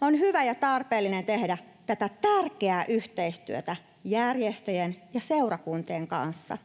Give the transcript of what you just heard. On hyvä ja tarpeellista tehdä tätä tärkeää yhteistyötä järjestöjen ja seurakuntien kanssa.